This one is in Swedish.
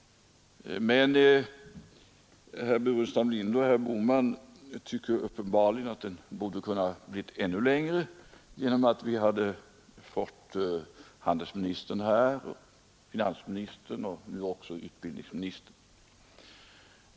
Men herr Burenstam Linder och herr Bohman tycker uppenbarligen att den borde ha blivit ännu längre med hjälp av handelsministern, finansministern och utbildningsministern.